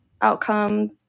outcome